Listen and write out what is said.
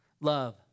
love